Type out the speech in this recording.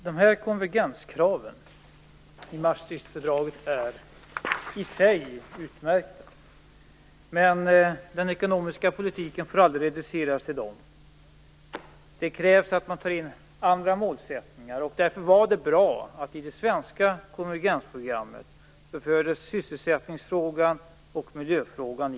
Fru talman! Konvergenskraven i Maastrichtfördraget är i sig utmärkta. Men den ekonomiska politiken får aldrig reduceras till dem. Det krävs att man tar in andra målsättningar. Därför var det bra att sysselsättningsfrågan och miljöfrågan fördes in i det svenska konvergensprogrammet.